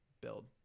build